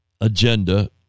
agenda